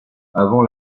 avant